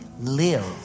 live